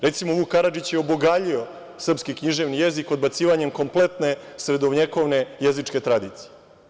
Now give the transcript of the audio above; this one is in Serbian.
Recimo, Vuk Karadžić je obogaljio srpski književni jezik odbacivanje kompletne srednjovekovne jezičke tradicije.